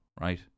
right